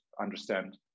understand